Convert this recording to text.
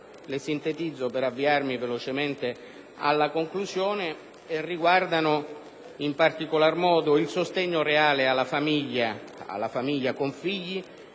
Le sintetizzerò per avviarmi velocemente alla conclusione. Riguardano, in particolar modo, il sostegno reale alla famiglia con figli,